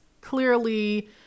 clearly